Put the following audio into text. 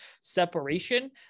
separation